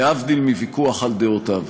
להבדיל מוויכוח על דעותיו.